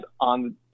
on